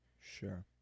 Sure